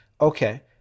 okay